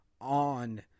on